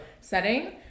setting